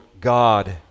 God